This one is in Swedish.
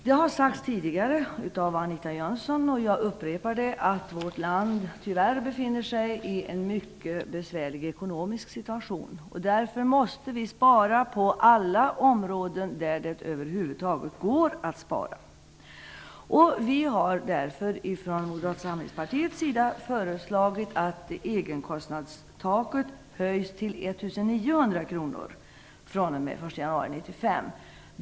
Det har sagts tidigare av Anita Jönsson, och jag upprepar det, att vårt land tyvärr befinner sig i en mycket besvärlig ekonomisk situation. Därför måste vi spara på alla områden där det över huvud taget går att spara. Vi har därför från Moderata samlingspartiets sida föreslagit att egenkostnadstaket höjs till 1 900 kr den 1 januari 1995.